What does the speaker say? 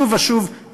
שוב ושוב,